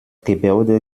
gebäude